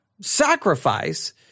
sacrifice